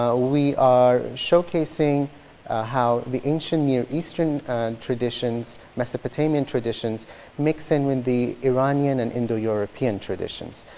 ah we are showcasing how the ancient near eastern traditions, mesopotamian traditions mix in with the iranian and indo-european traditions.